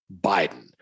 Biden